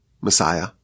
Messiah